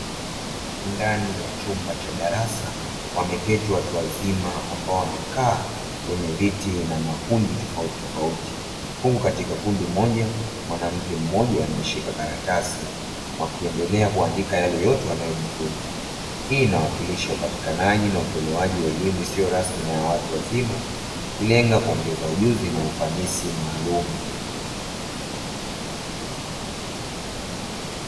Ndani ya chumba cha darasa, wameketi watu wazima ambao wamekaa kwenye viti na makundi tofauti tofauti, huku katika kundi moja mwanamke mmoja akishika karatasi, wakiendelea kuandika yale yote wanayojifunza; hii inawakilisha upatikanaji na utolewaji wa elimu isiyo rasmi kwa watu wazima, ikilenga kuongeza ujuzi na ufanisi maalumu.